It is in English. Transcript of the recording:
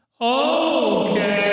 Okay